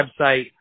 website